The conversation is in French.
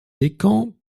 descamps